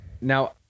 Now